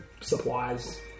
supplies